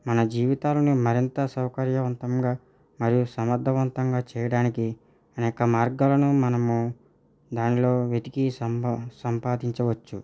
మన జీవితాలను మరింత సౌకర్యవంతముగా మరియు సమర్థవంతంగా చేయడానికి అనేక మార్గాలను మనము దానిలో వెతికి సంబవ్ సంపాదించవచ్చు